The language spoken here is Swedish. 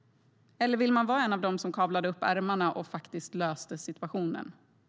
Eller vill man vara en av dem som kavlade upp ärmarna och faktiskt löste situationen?